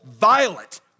violent